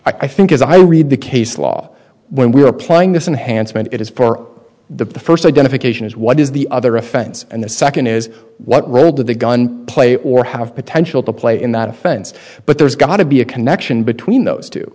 i think as i read the case law when we were applying this enhanced meant it is for the first identification is what is the other offense and the second is what will do the gun play or have potential to play in that offense but there's got to be a connection between those t